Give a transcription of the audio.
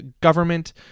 government